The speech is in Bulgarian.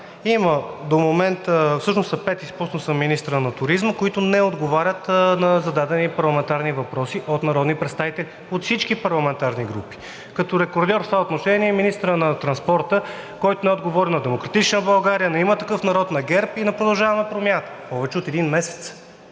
Има до момента, всъщност са пет, изпуснал съм министъра на туризма, които не отговарят на зададени парламентарни въпроси от народни представители от всички парламентарни групи. Като рекордьор в това отношение е министърът на транспорта, който не е отговорил на „Демократична България“, на „Има такъв народ“, ГЕРБ и на „Продължаваме Промяната“ повече от един месец.